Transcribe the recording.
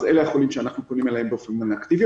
אז אלה החולים שאנחנו פונים אליהם באופן אקטיבי,